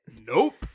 Nope